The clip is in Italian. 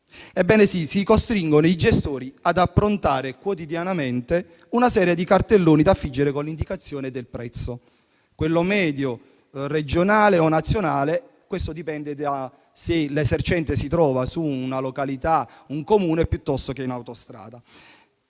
Ebbene, sì: si costringono i gestori ad approntare quotidianamente una serie di cartelloni, da affiggere con l'indicazione del prezzo medio, regionale o nazionale (questo dipende se l'esercente si trova in un Comune o in autostrada).